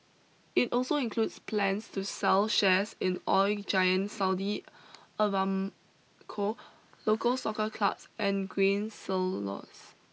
it also includes plans to sell shares in oil giant Saudi Aramco local soccer clubs and grain silos